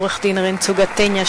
העורך-דין רנצו גטניה,